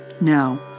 Now